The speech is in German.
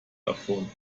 davon